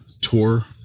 tour